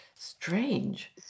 Strange